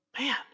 man